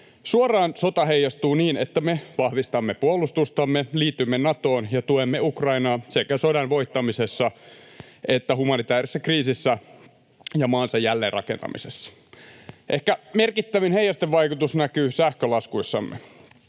Suoraan sota heijastuu niin, että me vahvistamme puolustustamme, liitymme Natoon ja tuemme Ukrainaa [Juha Mäenpää: Saksaa!] sekä sodan voittamisessa että humanitäärisessä kriisissä ja maan jälleenrakentamisessa. Ehkä merkittävin heijastevaikutus näkyy sähkölaskuissamme.